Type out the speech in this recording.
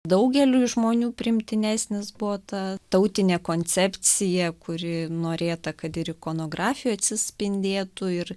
daugeliui žmonių priimtinesnis buvo ta tautinė koncepcija kuri norėta kad ir ikonografijoj atsispindėtų ir